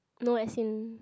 no as in